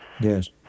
Yes